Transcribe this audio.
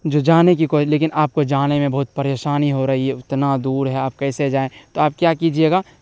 جو جانے کی کوئی لیکن آپ کو جانے میں بہت پریشانی ہو رہی ہے اتنا دور ہے آپ کیسے جائیں تو آپ کیا کیجیے گا